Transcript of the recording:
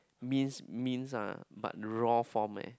minced minced ah but raw form eh